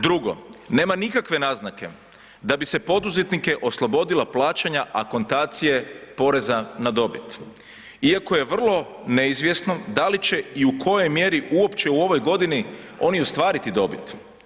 Drugo, nema nikakve naznake da bi se poduzetnike oslobodilo plaćanja akontacije poreza na dobit iako je vrlo neizvjesno da li će i u kojoj mjeri uopće u ovoj godini oni ostvariti dobit.